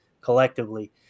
collectively